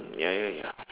ya ya ya